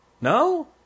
No